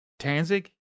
Tanzig